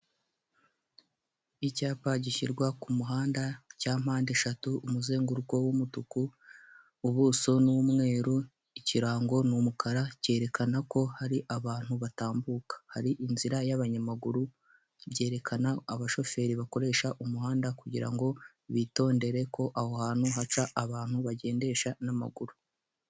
Icyapa gishyirwa ku muhanda cya mpande eshatu, umuzenguruko w'umutuku, ubuso n'umweru, ikirango n'umukara cyerekana ko hari abantu batambuka hari inzira y'abanyamaguru ibyerekana, abashoferi bakoresha umuhanda kugirango ngo bitondere ko aho hantu haca abantu bagendesha n'amaguru.